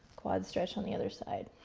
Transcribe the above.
quads stretch on the other side.